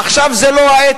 עכשיו זו לא העת.